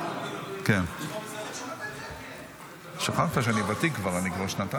רביבו, אני אומר לך, לא מהפחד אני נשאר,